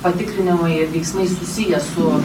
patikrinimai veiksmai susiję su